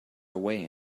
away